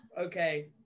Okay